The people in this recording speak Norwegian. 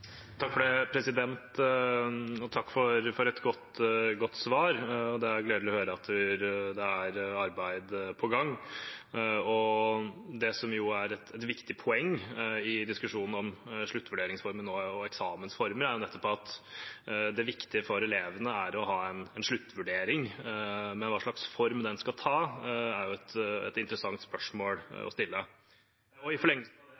Takk for et godt svar. Det er gledelig å høre at det er arbeid på gang. Det som er et viktig poeng i diskusjonen om sluttvurderingsformene og eksamensformer, er nettopp at det viktige for elevene er å ha en sluttvurdering. Men hva slags form den skal ta, er et interessant spørsmål å stille. I